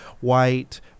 white